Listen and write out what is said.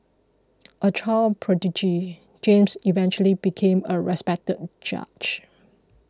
a child prodigy James eventually became a respected judge